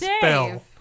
spell